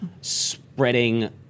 spreading